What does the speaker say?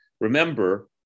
Remember